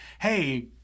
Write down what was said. hey